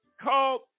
called